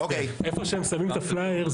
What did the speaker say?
איפה שהם שמים את הפלייר,